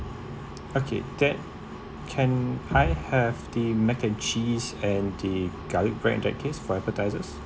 okay then can I have the mac and cheese and the garlic bread in that case for appetisers